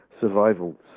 survival